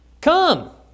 come